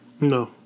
No